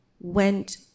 went